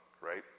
right